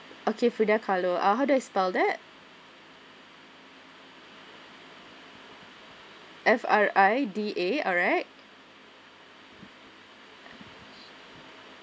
okay for their color ah how do I spell that F R I D A alright